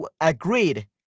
agreed